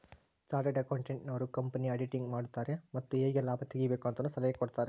chartered accountant ನವರು ಕಂಪನಿಯ auditing ಮಾಡುತಾರೆ ಮತ್ತು ಹೇಗೆ ಲಾಭ ತೆಗಿಬೇಕು ಅಂತನು ಸಲಹೆ ಕೊಡುತಾರೆ